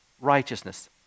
righteousness